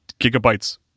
gigabytes